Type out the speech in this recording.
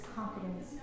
confidence